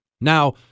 Now